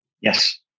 Yes